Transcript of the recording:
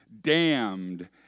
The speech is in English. damned